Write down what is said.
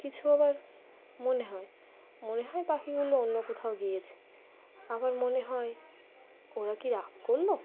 কিছু আবার মনে হয় মনে হয় পাখিগুলো অন্য কোথাও গিয়েছে আবার মনে হয় ওরা কি রাগ করলো